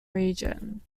region